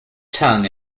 tongue